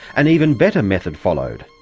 an even better method followed,